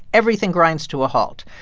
everything grinds to a halt.